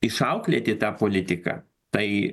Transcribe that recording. išauklėti tą politiką tai